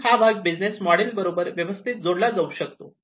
आणि हा भाग बिझनेस मोडेल बरोबर व्यवस्थित जोडला जाऊ शकतो